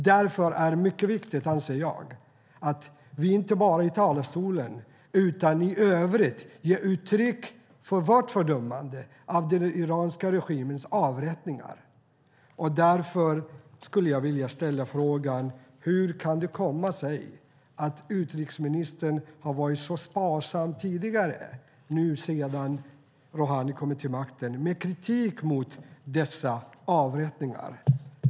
Därför anser jag att det är mycket viktigt att vi inte bara i talarstolen utan också i övrigt ger uttryck för vårt fördömande av den iranska regimens avrättningar. Jag skulle vilja ställa frågan: Hur kan det komma sig att utrikesministern tidigare har varit så sparsam med kritik mot dessa avrättningar nu sedan Rohani har kommit till makten?